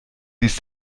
dies